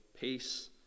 peace